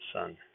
Son